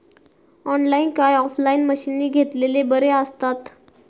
Online काय offline मशीनी घेतलेले बरे आसतात?